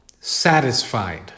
satisfied